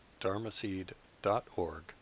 dharmaseed.org